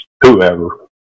whoever